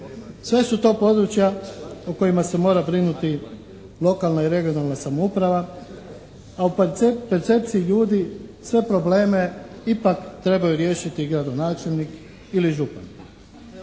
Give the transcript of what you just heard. Sve su to područja o kojima se mora brinuti lokalna i regionalna samouprava a u percepciji ljudi sve probleme ipak trebaju riješiti gradonačelnik ili župan.